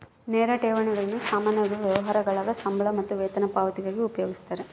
ನೇರ ಠೇವಣಿಗಳನ್ನು ಸಾಮಾನ್ಯವಾಗಿ ವ್ಯವಹಾರಗುಳಾಗ ಸಂಬಳ ಮತ್ತು ವೇತನ ಪಾವತಿಗಾಗಿ ಉಪಯೋಗಿಸ್ತರ